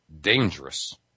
dangerous